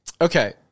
okay